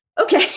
okay